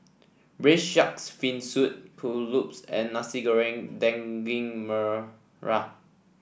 Braised Shark Fin Soup Kuih Lopes and Nasi Goreng Daging Merah